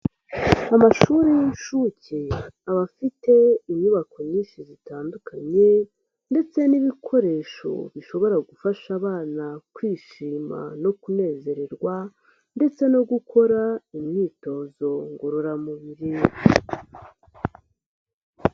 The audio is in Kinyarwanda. Amashuri y'inshuke abafite inyubako nyinshi zitandukanye ndetse n'ibikoresho bishobora gufasha abana kwishima no kunezererwa ndetse no gukora imyitozo ngororamubiri.